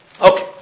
Okay